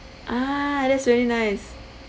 ah that's very nice